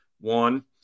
one